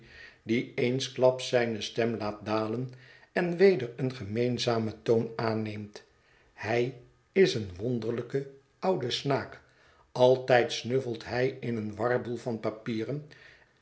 die eensklaps zijne stem laat dalen en weder een gemeenzamen toon aanneemt hij is een wonderlijke oude snaak altijd snuffelt hij in een warboel van papieren